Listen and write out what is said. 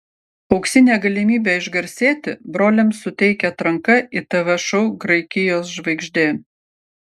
auksinę galimybę išgarsėti broliams suteikia atranka į tv šou graikijos žvaigždė